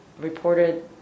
reported